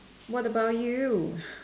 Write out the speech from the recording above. what about you